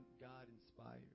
God-inspired